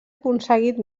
aconseguit